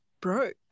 broke